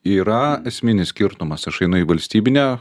yra esminis skirtumas aš einu į valstybinę